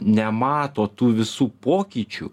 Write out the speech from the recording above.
nemato tų visų pokyčių